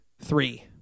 three